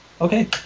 Okay